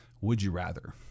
would-you-rather